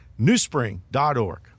newspring.org